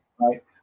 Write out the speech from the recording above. Right